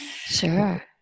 Sure